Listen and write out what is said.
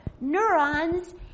neurons